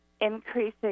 increasing